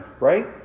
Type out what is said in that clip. right